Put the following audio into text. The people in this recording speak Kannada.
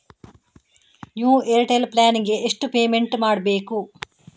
ನ್ಯೂ ಏರ್ಟೆಲ್ ಪ್ಲಾನ್ ಗೆ ಎಷ್ಟು ಪೇಮೆಂಟ್ ಮಾಡ್ಬೇಕು?